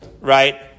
right